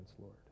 Lord